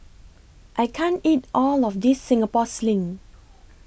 I can't eat All of This Singapore Sling